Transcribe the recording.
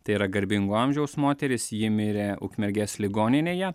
tai yra garbingo amžiaus moteris ji mirė ukmergės ligoninėje